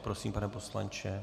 Prosím, pane poslanče.